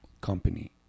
company